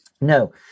No